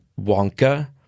Wonka